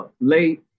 late